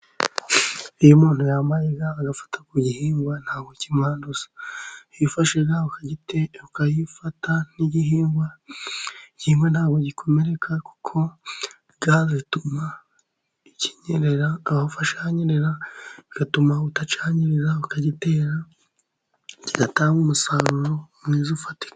Iyo umuntu yambaye ga agafata ku gihingwa, nta bwo kimwanduza. Iyo ufashe ga ukayifata n'igihingwa, igihingwa nta bwo gikomereka, kuko ga zituma kinyerera, aho ufashe hanyerera, bigatuma udacyangiza ukagitera, kigatanga umusaruro mwiza ufatika.